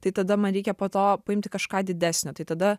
tai tada man reikia po to paimti kažką didesnio tai tada